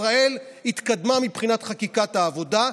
ישראל התקדמה מבחינת חקיקת העבודה,